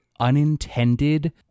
unintended